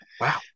Wow